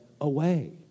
away